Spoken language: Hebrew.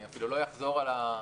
אני אפילו לא אחזור על המספרים.